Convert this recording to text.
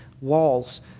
walls